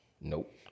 Nope